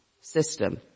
system